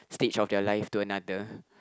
stage of their life to another